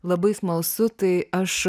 labai smalsu tai aš